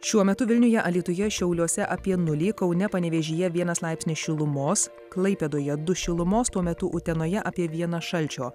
šiuo metu vilniuje alytuje šiauliuose apie nulį kaune panevėžyje vienas laipsnis šilumos klaipėdoje du šilumos tuo metu utenoje apie vienas šalčio